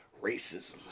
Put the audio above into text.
racism